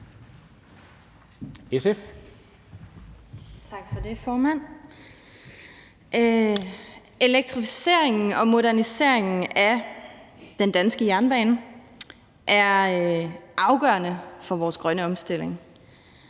Elektrificeringen og moderniseringen af den danske jernbane er afgørende for vores grønne omstilling.